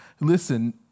listen